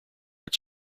its